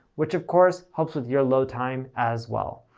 which of course helps with your load time as well.